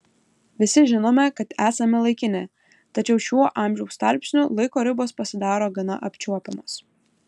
visi žinome kad esame laikini tačiau šiuo amžiaus tarpsniu laiko ribos pasidaro gana apčiuopiamos